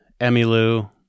Emmylou